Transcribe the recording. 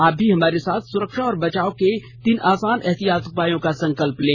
आप भी हमारे साथ सुरक्षा और बचाव के तीन आसान एहतियाती उपायों का संकल्प लें